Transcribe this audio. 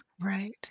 Right